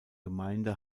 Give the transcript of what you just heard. gemeinde